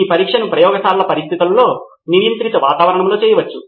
Shyam Pal M విద్యార్థులు నిర్దిష్ట విద్యార్థి వంటి ఇతర విద్యార్థులతో పంచుకోవచ్చు